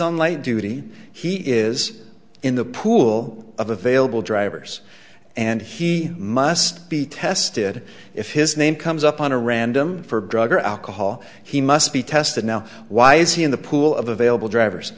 on light duty he is in the pool of available drivers and he must be tested if his name comes up on a random for drug or alcohol he must be tested now why is he in the pool of available drivers